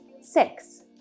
six